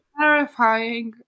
terrifying